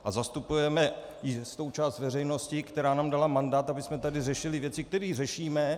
A zastupujeme jistou část veřejnosti, která nám dala mandát, abychom tady řešili věci, které řešíme.